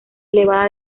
elevada